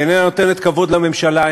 איננה נותנת כבוד לממשלה,